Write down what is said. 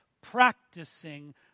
practicing